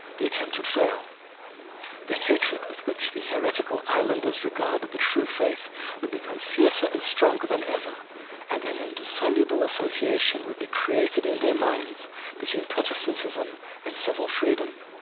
the attempt would fail the hatred with which the heretical islanders regarded the true faith would become fiercer and stronger than ever and an indissoluble association would be created in their minds between protestantism and civil freedom,